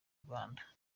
rwanda